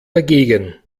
dagegen